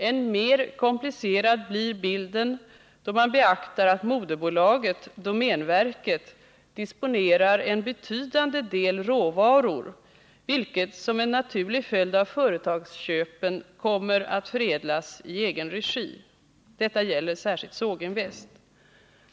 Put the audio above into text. Än mer komplicerad blir bilden då man beaktar att moderbolaget —- domänverket — disponerar en betydande del råvaror, vilka som en naturlig följd av företagsköpen kommer att förädlas i verkets egen regi. Detta gäller särskilt Såginvest.